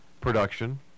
production